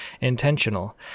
intentional